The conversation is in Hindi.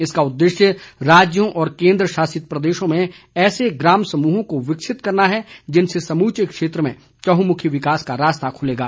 इसका उद्देश्य राज्यों और केन्द्रशासित प्रदेशों में ऐसे ग्राम समूहों को विकसित करना है जिनसे समूचे क्षेत्र में चंहुमुखी विकास का रास्ता खुलेगा